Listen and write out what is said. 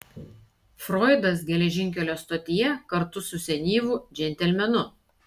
froidas geležinkelio stotyje kartu su senyvu džentelmenu